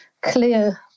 clear